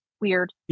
weird